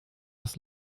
das